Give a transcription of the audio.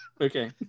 Okay